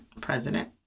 president